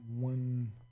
one